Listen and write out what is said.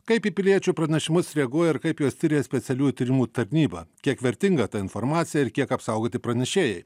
kaip į piliečių pranešimus reaguoja ir kaip juos tiria specialiųjų tyrimų tarnyba kiek vertinga ta informacija ir kiek apsaugoti pranešėjai